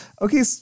okay